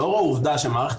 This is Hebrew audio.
לאור העובדה שמערכת